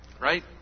Right